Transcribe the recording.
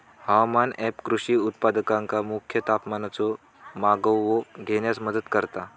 हवामान ऍप कृषी उत्पादकांका मुख्य तापमानाचो मागोवो घेण्यास मदत करता